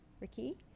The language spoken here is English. Ricky